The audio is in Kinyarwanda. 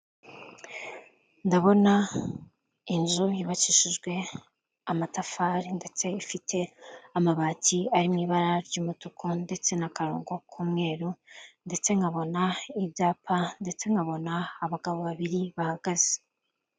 Ndabona inzu yubakishijwe amatafari ndetse ifite amabati ari mu ibara ry'umutuku ndetse n'akarongo k'umweru, ndetse nkabona ibyapa, ndetse nkabona abagabo babiri bahagaze.